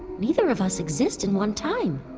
neither of us exist in one time,